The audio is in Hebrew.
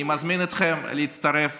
אני מזמין אתכם להצטרף